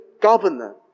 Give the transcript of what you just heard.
governor